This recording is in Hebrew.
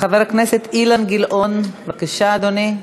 חבר הכנסת אילן גילאון, בבקשה, אדוני.